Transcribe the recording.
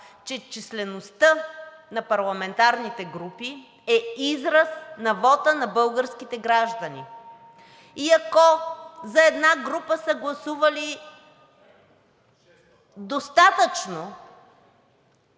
че числеността на парламентарните групи е израз на вота на българските граждани? И ако за една група са гласували достатъчно